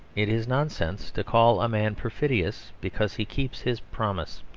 it is nonsense to call a man perfidious because he keeps his promise.